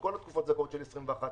על כל התקופות הזכאות של 21',